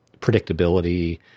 predictability